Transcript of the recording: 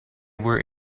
were